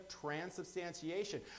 transubstantiation